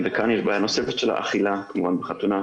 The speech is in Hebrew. וכאן יש בעיה נוספת של האכילה כמו בחתונה.